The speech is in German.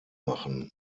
machen